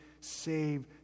save